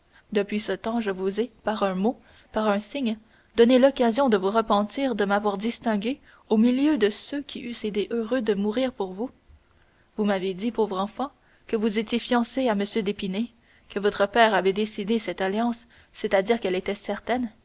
depuis ce temps vous ai-je par un mot par un signe donné l'occasion de vous repentir de m'avoir distingué au milieu de ceux qui eussent été heureux de mourir pour vous vous m'avez dit pauvre enfant que vous étiez fiancée à m d'épinay que votre père avait décidé cette alliance c'est-à-dire qu'elle était certaine